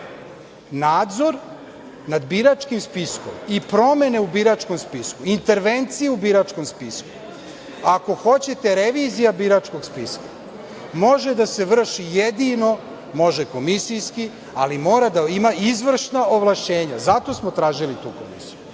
nadzor nad biračkim spiskom i promene u biračkom spisku, intervencije u biračkom spisku, ako hoćete revizija biračkog spiska, može da se vrši jedino komisijski, ali mora da ima izvršna ovlašćenja. Zato smo tražili tu komisiju.